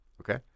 Okay